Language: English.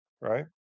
right